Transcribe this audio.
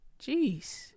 Jeez